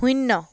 শূন্য